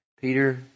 Peter